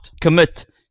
commit